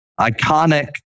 iconic